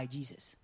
Jesus